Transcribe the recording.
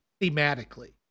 thematically